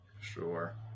Sure